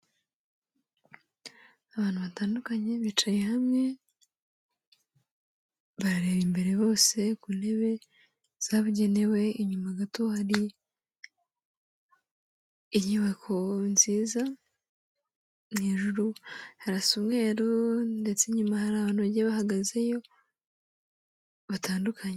Abantu batandukanye bicaye hamwe, barareba imbere bose ku ntebe zabugenewe, inyuma gato hari inyubako nziza, hejuru harasa umweru ndetse inyuma hari abantu bagiye bahagazeyo batandukanye.